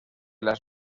las